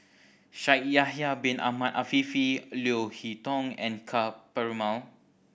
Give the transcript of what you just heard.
Shaikh Yahya Bin Ahmed Afifi Leo Hee Tong and Ka Perumal